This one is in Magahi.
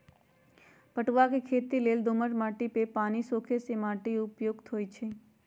पटूआ के खेती लेल दोमट माटि जे पानि सोखे से माटि उपयुक्त होइ छइ